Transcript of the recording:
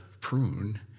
prune